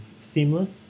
Seamless